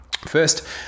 First